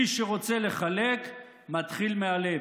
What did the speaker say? מי שרוצה לחלק מתחיל מהלב,